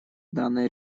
данной